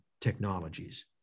technologies